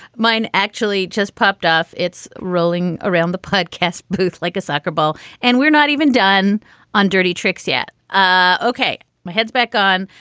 mine actually just popped off. it's rolling around the podcast booth like a sackable and we're not even done on dirty tricks yet. ah okay, my head's back on.